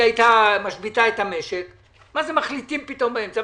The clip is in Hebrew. היא הייתה משביתה את המשק כי מה זה מחליטים פתאום באמצע.